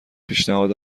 پیشنهاد